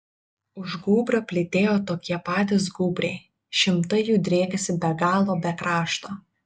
už gūbrio plytėjo tokie patys gūbriai šimtai jų driekėsi be galo be krašto